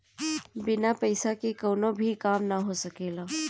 बिना पईसा के कवनो भी काम ना हो सकेला